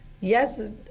Yes